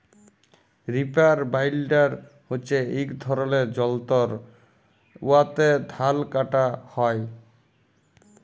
reaper binder হছে ইক ধরলের যল্তর উয়াতে ধাল কাটা হ্যয়